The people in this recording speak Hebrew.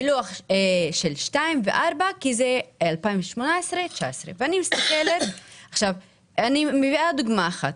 בלוחות 2 ו-4 כי זה 2019-2018. אני נותנת דוגמה אחת: